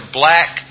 black